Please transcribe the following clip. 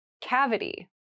Cavity